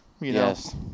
yes